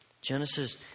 Genesis